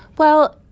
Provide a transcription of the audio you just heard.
well,